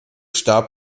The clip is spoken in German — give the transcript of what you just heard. starb